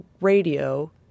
radio